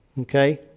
Okay